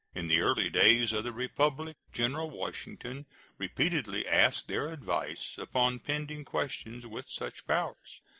in the early days of the republic general washington repeatedly asked their advice upon pending questions with such powers.